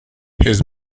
his